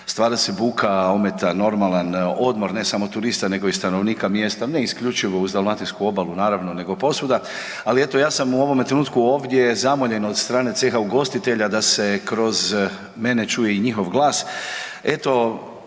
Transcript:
stvara se buka, ometa normalan odmor ne samo turista nego i stanovnika mjesta ne isključivo uz dalmatinsku obalu naravno nego posvuda, ali eto ja sam u ovome trenutku ovdje zamoljen od strane ceha ugostitelja da se kroz mene čuje i njihov glas.